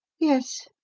yes,